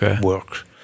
work